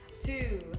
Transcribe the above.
two